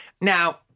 Now